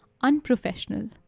unprofessional